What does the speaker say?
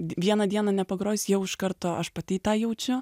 vieną dieną nepagrosi jau iš karto aš pati tą jaučiu